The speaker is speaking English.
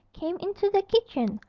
came into the kitchen,